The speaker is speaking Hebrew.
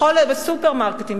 בסופרמרקטים,